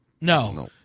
no